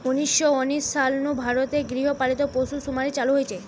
উনিশ শ উনিশ সাল নু ভারত রে গৃহ পালিত পশুসুমারি চালু হইচে